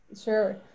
Sure